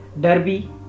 Derby